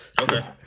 Okay